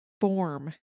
form